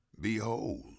Behold